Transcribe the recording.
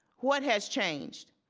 what has changed?